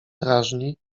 drażni